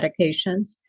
medications